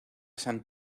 san